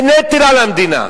זה נטל על המדינה.